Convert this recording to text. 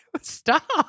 Stop